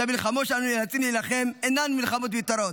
שהמלחמות שאנו נאלצים להילחם אינן מלחמות מיותרות.